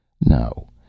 No